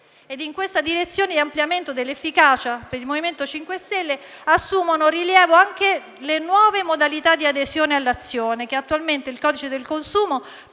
In questa direzione di ampliamento dell'efficacia, per il MoVimento 5 Stelle assumono rilievo anche le nuove modalità di adesione all'azione, che attualmente il codice del consumo